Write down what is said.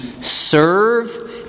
serve